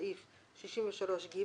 בסעיף 63ג,